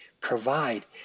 provide